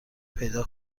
پیدا